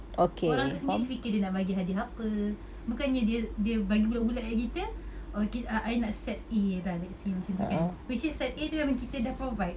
orang tu sendiri fikir dia nak bagi hadiah apa bukannya dia dia bagi bulat-bulat kat kita oh okay uh I nak set A dah let's say macam tu kan which is set A dia memang kita dah provide